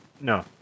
No